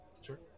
Sure